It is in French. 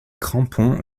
crampons